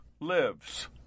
Lives